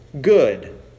good